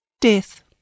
Death